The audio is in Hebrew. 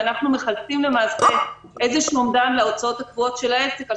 זה איזשהו אומדן להוצאות הקבועות של העסק על